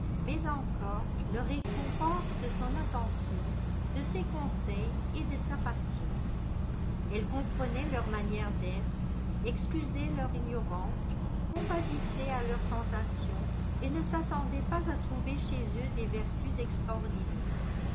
mais encore le réconfort de son attention de ses conseils et de sa patience elle comprenait leur manière d'être excusait leur ignorance compatissait à leurs tentations et ne s'attendait pas à trouver chez eux des vertus extraordinaires